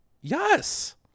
Yes